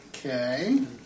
Okay